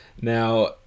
Now